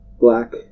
black